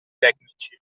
tecnici